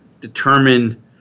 determine